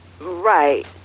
right